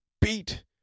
beat